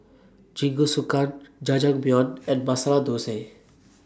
Jingisukan Jajangmyeon and Masala Dosa